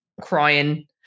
crying